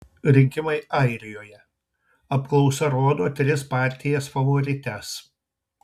rinkimai airijoje apklausa rodo tris partijas favorites